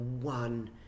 one